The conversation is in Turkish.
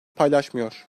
paylaşmıyor